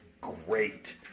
great